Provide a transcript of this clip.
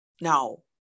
No